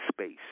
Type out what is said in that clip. space